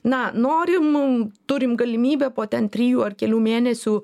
na norim turim galimybę po ten trijų ar kelių mėnesių